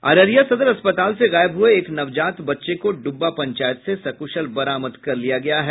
अररिया सदर अस्पताल से गायब हुए एक नवजात बच्चे को डुब्बा पंचायत से सकुशल बरामद कर लिया गया है